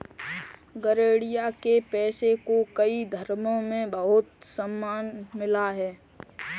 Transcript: गरेड़िया के पेशे को कई धर्मों में बहुत सम्मान मिला है